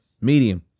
Medium